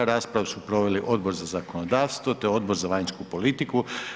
Raspravu su proveli Odbor za zakonodavstvo te Odbor za vanjsku politiku.